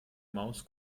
maus